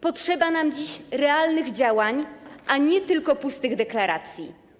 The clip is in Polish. Potrzeba nam dziś realnych działań, a nie tylko pustych deklaracji.